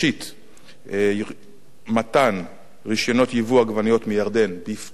מתן רשיונות ייבוא עגבניות מירדן בפטור מלא ממכס.